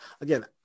again